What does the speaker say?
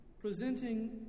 presenting